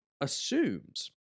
assumes